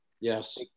yes